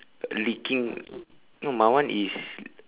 licking no my mine one is